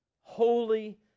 holy